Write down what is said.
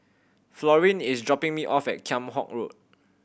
Florine is dropping me off at Kheam Hock Road